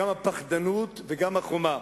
גם הפחדנות וגם החומה.